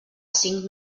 cinc